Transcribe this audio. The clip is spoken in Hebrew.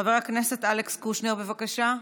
חבר הכנסת אלכס קושניר, בבקשה,